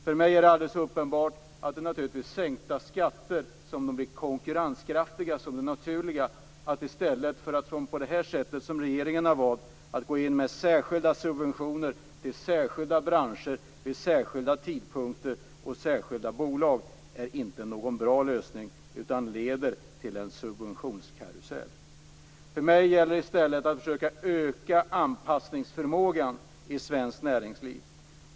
För mig är det alldeles uppenbart att det är sänkta skatter som är det konkurrenskraftiga och det naturliga i stället för att som regeringen har valt gå in med särskilda subventioner till särskilda branscher vid särskilda tidpunkter och för särskilda bolag. Det är inte någon bra lösning utan leder till en subventionskarusell. För mig gäller det i stället att försöka öka anpassningsförmågan i svenskt näringsliv.